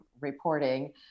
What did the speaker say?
reporting